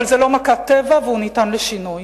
אבל זה לא מכת טבע וזה ניתן לשינוי.